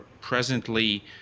presently